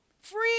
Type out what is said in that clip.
free